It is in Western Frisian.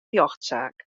rjochtsaak